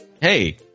Hey